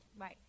Right